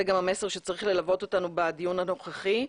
גם המסר שצריך ללוות אותנו בדיון הנוכחי.